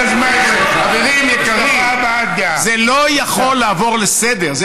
חברים יקרים, אי-אפשר לעבור על זה לסדר-היום.